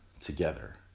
together